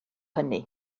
hynny